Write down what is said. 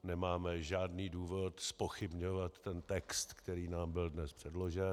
Nemáme žádný důvod zpochybňovat text, který nám byl dnes předložen.